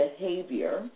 behavior